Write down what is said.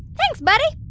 thanks, buddy